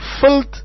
filth